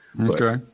Okay